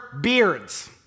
beards